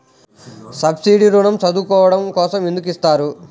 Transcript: Subsidy ఋణం చదువుకోవడం కోసం ఎందుకు ఇస్తున్నారు?